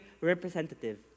representative